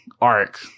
arc